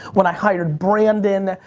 when i hired brandon.